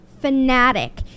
fanatic